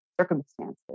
circumstances